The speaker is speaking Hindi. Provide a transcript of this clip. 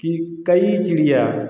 कि कई चिड़िया